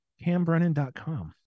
CamBrennan.com